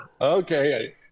Okay